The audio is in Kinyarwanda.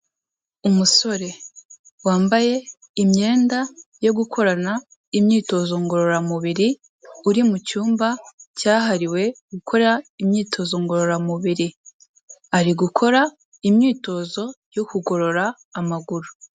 Umusore wambaye imyenda yo gukorana imyitozo ngororamubiri, uri mu cyumba cyahariwe gukora imyitozo ngororamubiri. Ari gukora imyitozo yo kugorora amaguru.